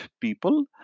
people